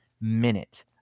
minute